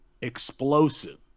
explosive